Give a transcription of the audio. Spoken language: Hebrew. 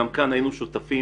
גם כאן היינו שותפים,